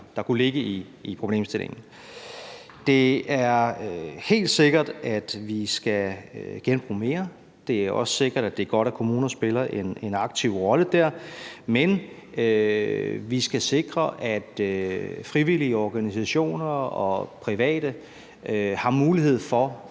der kunne ligge i problemstillingen. Det er helt sikkert, at vi skal genbruge mere. Det er også sikkert, at det er godt, at kommuner spiller en aktiv rolle der. Men vi skal sikre, at frivillige organisationer og private har mulighed for